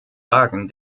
magen